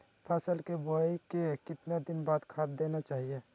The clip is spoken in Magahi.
फसल के बोआई के कितना दिन बाद खाद देना चाइए?